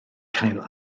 cael